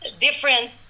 different